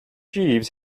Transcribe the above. jeeves